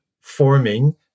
forming